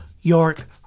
York